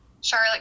Charlotte